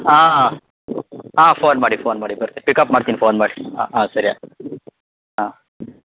ಹಾಂ ಹಾಂ ಫೋನ್ ಮಾಡಿ ಫೋನ್ ಮಾಡಿ ಬರ್ತಿ ಪಿಕಪ್ ಮಾಡ್ತೀನಿ ಪೋನ್ ಮಾಡಿ ಹಾಂ ಹಾಂ ಸರಿ ಆಯ್ತು ಹಾಂ